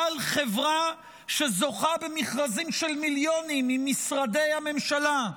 בעל חברה שזוכה במכרזים של מיליונים ממשרדי הממשלה,